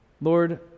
Lord